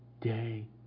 day